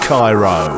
Cairo